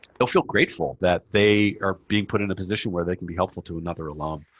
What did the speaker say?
they'll feel grateful that they are being put in a position where they can be helpful to another alum.